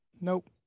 Nope